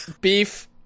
beef